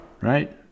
Right